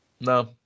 no